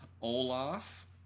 Olaf